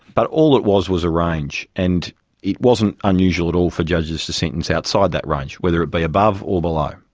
but all it was was a range, and it wasn't unusual at all for judges to sentence outside that range, whether it be above or below.